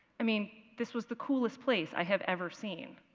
i mean, this was the coolest place i have ever seen.